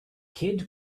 kid